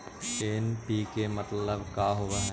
NPK मतलब का होव हइ?